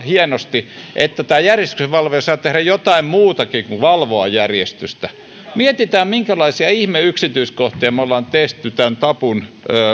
hienosti että tämä järjestyksenvalvoja saa tehdä jotain muutakin kuin valvoa järjestystä mietitään minkälaisia ihme yksityiskohtia on tehty tämän tabun